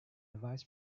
vice